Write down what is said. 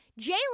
Jalen